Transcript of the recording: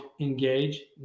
engage